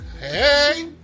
Hey